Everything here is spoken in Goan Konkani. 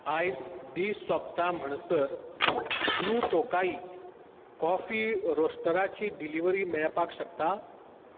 आयज दीस सोंपता म्हणसर ब्लू टोकाई कॉफी रोस्टराची डिलिवरी मेळपाक शकता